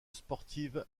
sportive